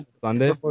sunday